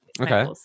Okay